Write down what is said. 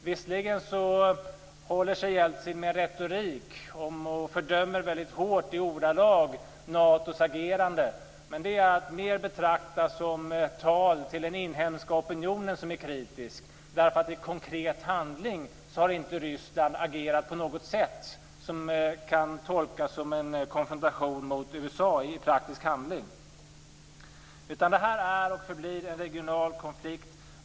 Visserligen håller sig Jeltsin med en viss retorik och fördömer i hårda ordalag Natos agerande, men det är mer att betrakta som ett tal till den inhemska kritiska opinionen. När det gäller praktisk handling har Ryssland nämligen inte agerat på något sätt som kan tolkas som en konfrontation mot USA. Det här är och förblir en regional konflikt.